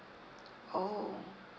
oh